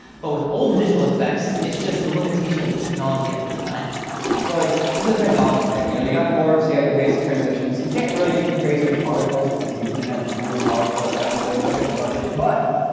but with old visual effects it's just the limitation of the technology at the time so like there's a technology thing, you know, you got more so you got your basic transitions you can't really get too crazy with particles because you didn't have the computer power for it back in the day especially in the budget but,